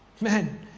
Man